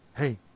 Hey